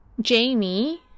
Jamie